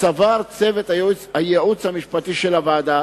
סבר צוות הייעוץ המשפטי של הוועדה